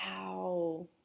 Wow